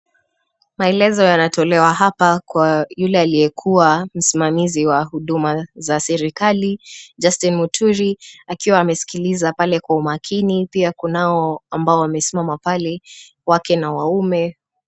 Maelezo yanatolewa hapa kwa yule aliyekuwa msimazi wa huduma za serikali, Justin Muturi akiwa amesikiliza kwa umakini. Pia kunao ambao wamesimama pale wake kwa waume.